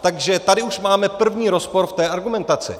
Takže tady už máme první rozpor v té argumentaci.